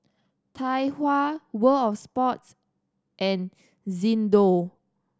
Tai Hua World Sports and Xndo